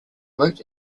worked